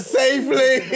safely